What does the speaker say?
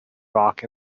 rock